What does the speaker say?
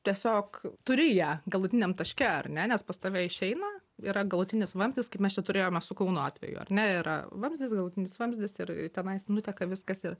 tiesiog turi ją galutiniam taške ar ne nes pas tave išeina yra galutinis vamzdis kaip mes čia turėjome su kauno atveju ar ne yra vamzdis galutinis vamzdis ir tenais nuteka viskas ir